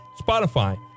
Spotify